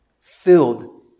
filled